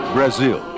Brazil